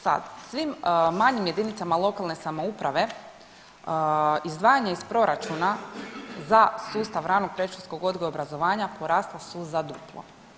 Sad svim manjim jedinicama lokalne samouprave izdvajanje iz proračuna za sustav ranog predškolskog odgoja i obrazovanja porasla su za duplo.